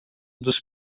dos